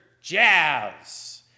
jazz